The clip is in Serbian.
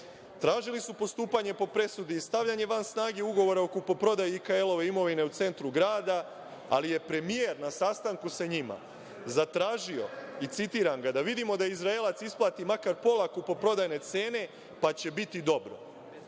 su postupanje po presudi i stavljanje van snage Ugovora o kupoprodaji IKL-ove imovine u centru grada, ali je premijer na sastanku sa njima zatražio, citiram ga – da vidimo da Izraelac isplati makar pola kupoprodajne cene, pa će biti dobro. Tom